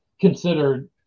considered